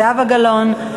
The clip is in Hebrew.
זהבה גלאון,